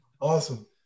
Awesome